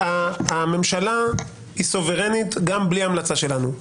הממשלה היא סוברנית גם בלי המלצה שלנו.